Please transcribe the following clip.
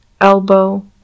elbow